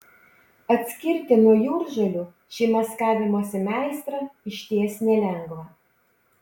atskirti nuo jūržolių šį maskavimosi meistrą išties nelengva